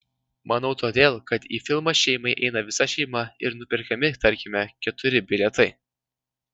manau todėl kad į filmą šeimai eina visa šeima ir nuperkami tarkime keturi bilietai